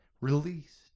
released